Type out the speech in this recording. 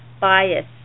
bias